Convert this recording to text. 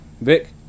Vic